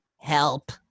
Help